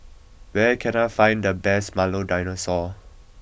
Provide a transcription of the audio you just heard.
where can I find the best Milo Dinosaur